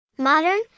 Modern